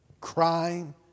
crime